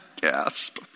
Gasp